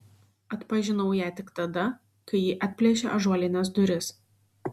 atpažinau ją tik tada kai ji atplėšė ąžuolines duris